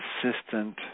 consistent